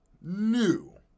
new